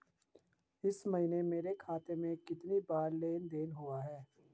इस महीने मेरे खाते में कितनी बार लेन लेन देन हुआ है?